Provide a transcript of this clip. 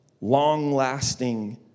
long-lasting